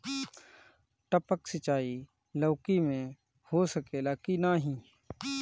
टपक सिंचाई लौकी में हो सकेला की नाही?